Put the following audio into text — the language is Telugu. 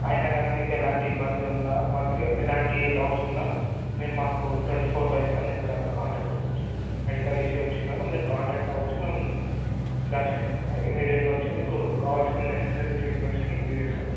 అయిన కానీ మీకు ఎలాంటి ఇబ్బంది ఉన్న ఎలాంటి డౌట్స్ ఉన్న మీరు మాకు ట్వంటీ ఫోర్ బై సెవెన్ ఎప్పుడన్న కాంటాక్ట్ అవచ్చు మెడికల్ ఇష్యూ వచ్చిన మీరు కాంటాక్ట్ అవ్వచ్చు మేము ఇమీడియట్గా వచ్చి మీకు కావాల్సిన నెససరీ ట్రీట్మెంట్స్కి పే చేస్తాం